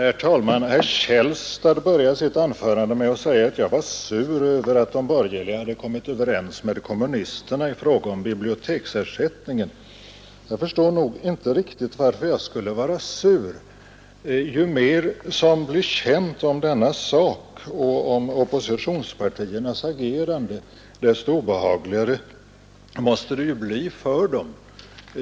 Herr talman! Herr Källstad började sitt anförande med att säga att jag var sur Över att de borgerliga hade kommit överens med kommunisterna i fråga om biblioteksersättningen. Jag förstår inte riktigt varför jag skulle vara sur. Ju mer som vi känt av denna sak och om oppositionspartiernas agerande, desto obehagligare måste det bli för dem.